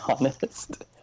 honest